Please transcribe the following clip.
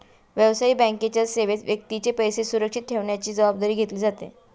व्यावसायिक बँकेच्या सेवेत व्यक्तीचे पैसे सुरक्षित ठेवण्याची जबाबदारी घेतली जाते